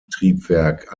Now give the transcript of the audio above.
triebwerk